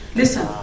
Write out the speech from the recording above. listen